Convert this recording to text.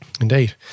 Indeed